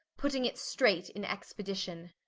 putting it straight in expedition.